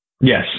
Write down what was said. yes